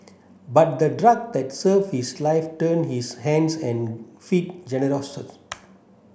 but the drug that saved his life turned his hands and feet